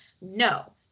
no